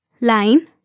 line